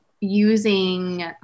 using